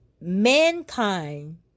mankind